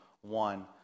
one